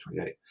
28